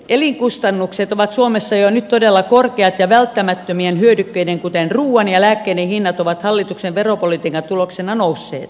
yleiset elinkustannukset ovat suomessa jo nyt todella korkeat ja välttämättömien hyödykkeiden kuten ruuan ja lääkkeiden hinnat ovat hallituksen veropolitiikan tuloksena nousseet